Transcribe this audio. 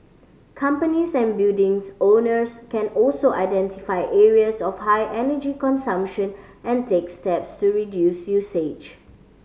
companies and buildings owners can also identify areas of high energy consumption and take steps to reduce usage